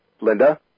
Linda